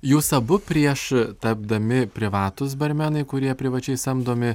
jūs abu prieš tapdami privatūs barmenai kurie privačiai samdomi